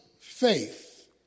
faith